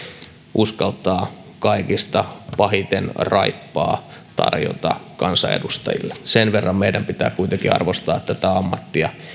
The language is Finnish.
uskaltaa kaikista pahiten raippaa tarjota kansanedustajille sen verran meidän pitää kuitenkin arvostaa tätä ammattia